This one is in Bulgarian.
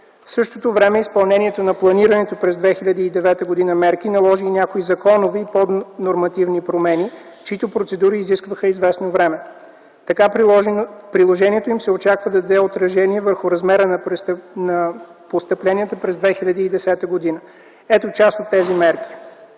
В същото време изпълнението на планираните през 2009 г. мерки наложи някои законови и поднормативни промени, чиито процедури изискваха известно време. Така приложението им се очаква да даде отражение върху размера на постъпленията през 2010 г. Ето част от тези мерки: